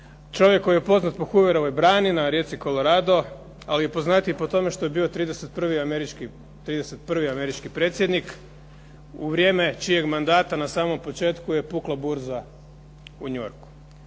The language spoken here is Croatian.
čovjek koji je poznat po hooverovoj brani na rijeci Colorado, ali je poznatiji po tome što je bio 31. američki predsjednik, u vrijeme čijeg mandata, na samom početku je pukla burza u New Yorku.